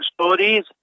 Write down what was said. stories